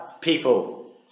people